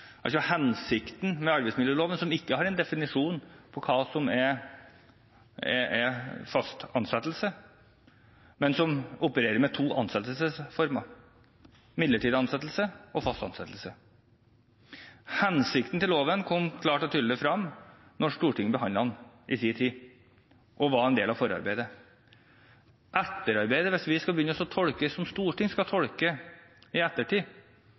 altså hensikten med arbeidsmiljøloven, som ikke har en definisjon på hva som er fast ansettelse, men som opererer med to ansettelsesformer: midlertidig ansettelse og fast ansettelse. Hensikten med loven kom klart og tydelig frem da Stortinget behandlet den i sin tid, og var en del av forarbeidet. Hvis man som storting skal begynne å tolke etterarbeidet i ettertid, bør man i